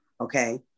okay